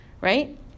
right